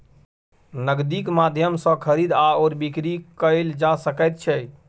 नगदीक माध्यम सँ खरीद आओर बिकरी कैल जा सकैत छै